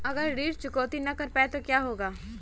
अगर ऋण चुकौती न कर पाए तो क्या होगा?